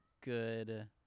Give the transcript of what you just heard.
good